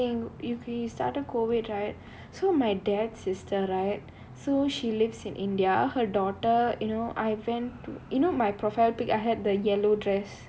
oh ya I want to say something i~ we started COVID right so my dad'S sister right so she lives in india her daughter you know I went to you know my profile picture I had the yellow dres